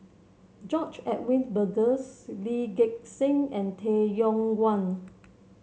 George Edwin Bogaars Lee Gek Seng and Tay Yong Kwang